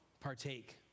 partake